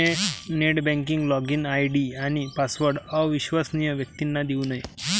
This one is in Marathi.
नेट बँकिंग लॉगिन आय.डी आणि पासवर्ड अविश्वसनीय व्यक्तींना देऊ नये